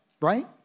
right